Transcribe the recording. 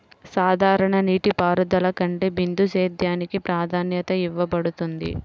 సాధారణ నీటిపారుదల కంటే బిందు సేద్యానికి ప్రాధాన్యత ఇవ్వబడుతుంది